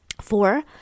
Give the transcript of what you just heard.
Four